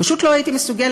פשוט לא הייתי מסוגלת.